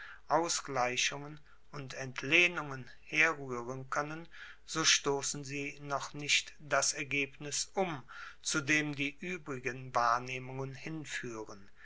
ausgleichungen und entlehnungen herruehren koennen so stossen sie noch nicht das ergebnis um zu dem die uebrigen wahrnehmungen hinfuehren